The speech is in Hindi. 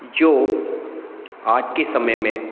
जो आज के समय में